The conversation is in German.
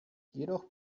jedoch